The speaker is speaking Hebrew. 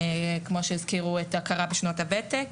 כמו שהזכירו את ההכרה בשנות הוותק,